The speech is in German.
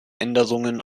änderungen